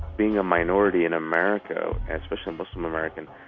being a minority in america and especially a muslim-american,